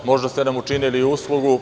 Možda ste nam učinili uslugu.